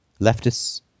leftists